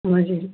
മ ശരി